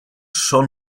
son